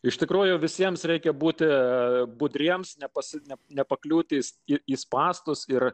iš tikrųjų visiems reikia būti budriems nepasiduoti nepakliūti į spąstus ir